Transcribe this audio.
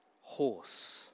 horse